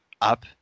up